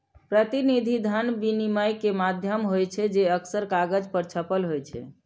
प्रतिनिधि धन विनिमय के माध्यम होइ छै, जे अक्सर कागज पर छपल होइ छै